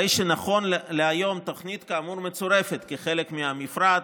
הרי נכון להיום תוכנית כאמור מצורפת כחלק מהמפרט,